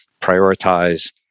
prioritize